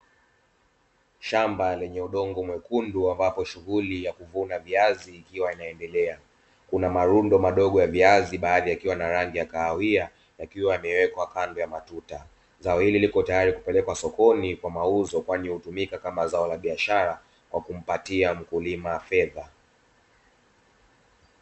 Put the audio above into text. Shamba lenye udongo mwekundu ambapo shughuli ya kuvuna viazi ikiwa inaendelea. Kuna marundo madogo ya viazi baadhi yakiwa na rangi ya kahawia, yakiwa yamewekwa kando ya matuta. Zao hili liko tayari kupelekwa sokoni kwa mauzo kwani hutumika kama zao la biashara kwa kumpatia mkulima fedha.